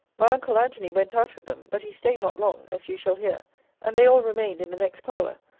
my uncle antony went out with them but he staid not long, as you shall hear and they all remained in the next parlour,